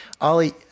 Ollie